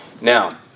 Now